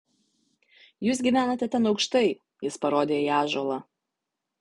jūs gyvenate ten aukštai jis parodė į ąžuolą